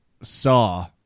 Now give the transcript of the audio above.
saw